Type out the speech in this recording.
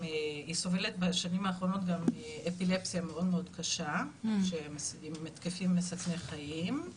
סובלת בשנים האחרונות גם מאפילפסיה מאוד קשה עם התקפים מסכני חיים,